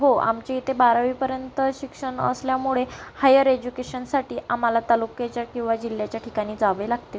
हो आमच्याइथे बारावीपर्यंत शिक्षण असल्यामुळे हायर एज्युकेशनसाठी आम्हाला तालुक्याच्या किंवा जिल्ह्याच्या ठिकाणी जावे लागते